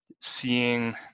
seeing